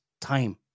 time